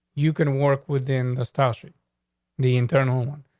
you can work within the stash it the internal one.